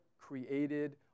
created